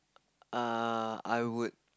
uh I would